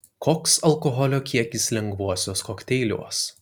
koks alkoholio kiekis lengvuosiuos kokteiliuos